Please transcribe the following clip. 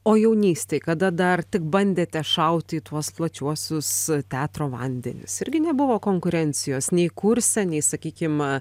o jaunystėj kada dar tik bandėte šauti į tuos plačiuosius teatro vandenis irgi nebuvo konkurencijos nei kurse nei sakykim